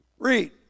Read